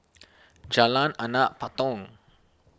Jalan Anak Patong